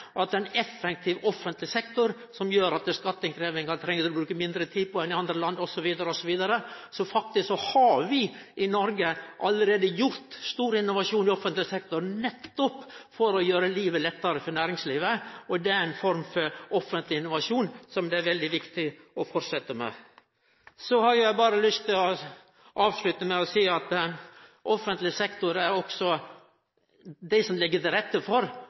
ein effektiv offentleg sektor, som gjer at ein treng å bruke mindre tid på skatteinnkrevjinga enn i andre land osv. I Noreg har vi allereie fått til god innovasjon i offentleg sektor, nettopp for å gjere livet lettare for næringslivet. Det er ei form for offentleg innovasjon som det er veldig viktig å fortsetje med. Så har eg berre lyst til å avslutte med å seie at det også er offentleg sektor som legg til rette for